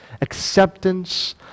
acceptance